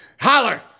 Holler